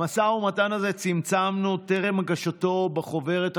במשא ומתן הזה צמצמנו, טרם הגשתו בחוברת הכחולה,